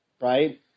right